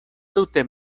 tute